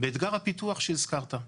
באתגר הפיתוח שהזכרת.